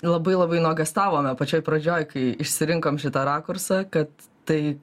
labai labai nuogąstavome pačioj pradžioj kai išsirinkom šitą rakursą kad tai